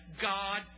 God